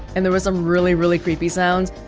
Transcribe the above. and there was some really, really creepy sounds?